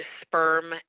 sperm